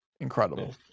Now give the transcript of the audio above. Incredible